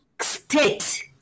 State